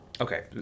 Okay